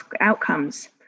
outcomes